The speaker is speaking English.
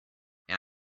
and